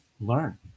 learn